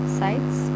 sites